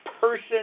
person